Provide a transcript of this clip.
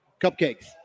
cupcakes